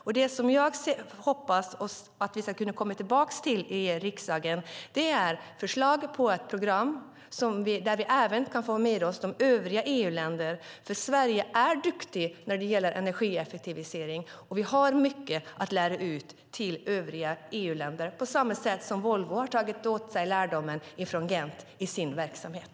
Jag hoppas att vi i riksdagen ska kunna komma tillbaka till förslag på ett program där vi även kan få med oss övriga EU-länder, för Sverige är duktigt när det gäller energieffektivisering. Vi har mycket att lära ut till övriga EU-länder på samma sätt som Volvo har tagit åt sig lärdomen från Gent i sin verksamhet.